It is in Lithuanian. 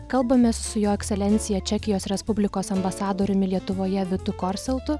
kalbamės su jo ekscelencija čekijos respublikos ambasadoriumi lietuvoje vitu korseltu